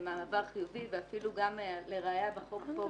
זה מעבר חיובי ואפילו לראיה בחוק כאן,